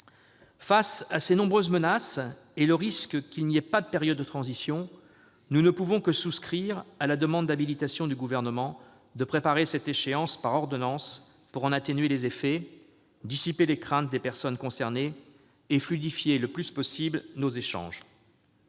Face à ces nombreuses menaces, face au risque qu'il n'y ait pas de période de transition, nous ne pouvons que souscrire à la demande d'habilitation émise par le Gouvernement. Il s'agit de préparer cette échéance par voie d'ordonnances, pour en atténuer les effets, dissiper les craintes des personnes concernées et fluidifier nos échanges